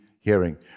hearing